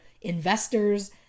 investors